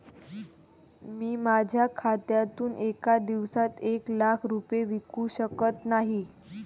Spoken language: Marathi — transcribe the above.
मी माझ्या खात्यातून एका दिवसात एक लाख रुपये विकू शकत नाही